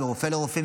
מרופא לרופא,